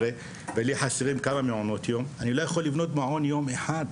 ולי חסרים כמה מעונות יום אני לא יכול לבנות מעון יום אחד.